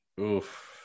Oof